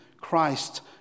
Christ